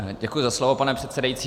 Děkuji za slovo, pane předsedající.